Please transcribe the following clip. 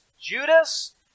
Judas